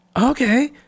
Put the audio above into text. okay